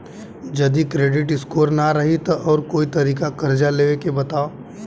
जदि credit score ना रही त आऊर कोई तरीका कर्जा लेवे के बताव?